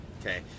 Okay